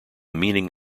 meaning